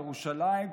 ירושלים,